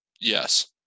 Yes